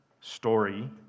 story